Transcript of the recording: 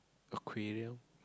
aquarium